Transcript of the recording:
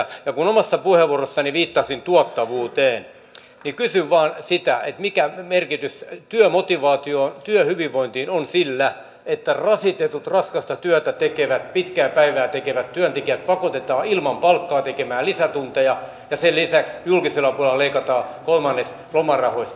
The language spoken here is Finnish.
ja kun omassa puheenvuorossani viittasin tuottavuuteen niin kysyn vain sitä mikä merkitys työhyvinvointiin on sillä että rasitetut raskasta työtä tekevät pitkää päivää tekevät työntekijät pakotetaan ilman palkkaa tekemään lisätunteja ja sen lisäksi julkisella puolella leikataan kolmannes lomarahoista